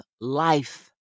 life